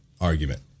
argument